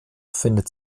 findet